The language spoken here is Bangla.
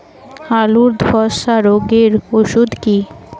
আলুর ধসা রোগের ওষুধ কি?